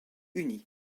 unie